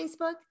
Facebook